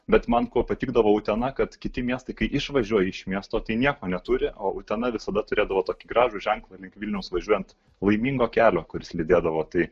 bet man kuo patikdavo utena kad kiti miestai kai išvažiuoji iš miesto tai nieko neturi o utena visada turėdavo tokį gražų ženklą link vilniaus važiuojant laimingo kelio kuris lydėdavo tai